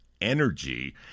energy